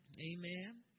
Amen